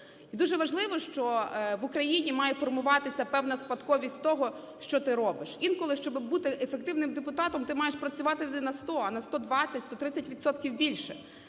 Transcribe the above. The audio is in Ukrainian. дуже важливо, що в Україні має формуватися певна спадковість того, що ти робиш. Інколи, щоби бути ефективним депутатом, ти маєш працювати не на 100, а на 120-130